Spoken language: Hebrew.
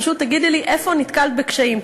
פשוט תגידי לי איפה נתקלת בקשיים.